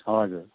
हजुर